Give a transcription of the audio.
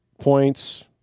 points